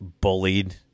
bullied